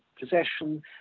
possession